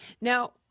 Now